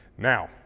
Now